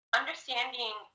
understanding